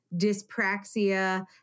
dyspraxia